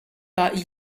pas